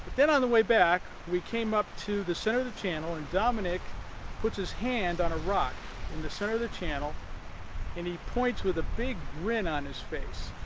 then on the way back we came up to the center of the channel and dominique puts his hand on a rock in the center of the channel and he points with a big grin on his face